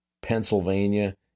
Pennsylvania